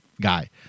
guy